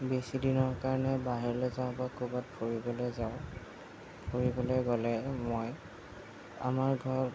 বেছি দিনৰ কাৰণে বাহিৰত যাওঁ বা কৰবাত ফুৰিবলৈ যাওঁ ফুৰিবলৈ গ'লে মই আমাৰ ঘৰত